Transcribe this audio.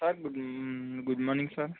sir good good morning sir